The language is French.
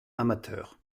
amateur